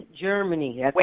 Germany